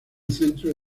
centro